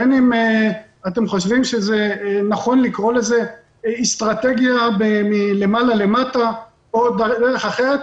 בין אם אתם חושבים שנכון לקרוא לזה אסטרטגיה מלמעלה למטה או בדרך אחרת,